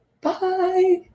Bye